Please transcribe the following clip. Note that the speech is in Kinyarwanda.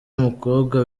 mukobwa